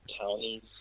counties